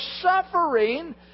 suffering